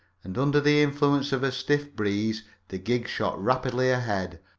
and under the influence of a stiff breeze the gig shot rapidly ahead,